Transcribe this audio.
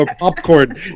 popcorn